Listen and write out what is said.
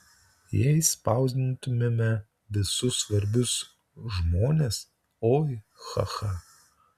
jei spausdintumėme visus svarbius žmones oi cha cha